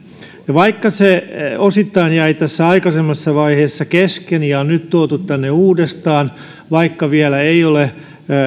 vaikka se osittain jäi aikaisemmassa vaiheessa kesken ja on nyt tuotu tänne uudestaan vaikka vielä ei ole